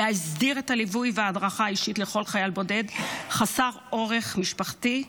להסדיר את הליווי וההדרכה האישית לכל חייל בודד חסר עורף משפחתי.